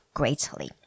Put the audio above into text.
greatly